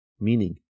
meaning